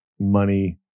money